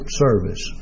service